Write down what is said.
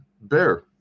bear